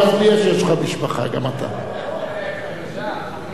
יש לי בן שאולי יום אחד הוא יהיה בקבע.